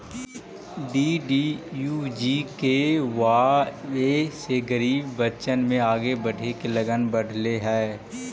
DDUGKY से गरीब बच्चन में आगे बढ़े के लगन बढ़ले हइ